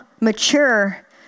mature